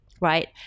Right